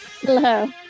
Hello